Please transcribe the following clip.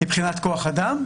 מבחינת כוח אדם?